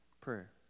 Prayer